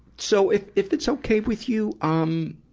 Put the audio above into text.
so if, if it's okay with you, um,